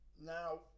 now